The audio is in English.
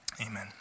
amen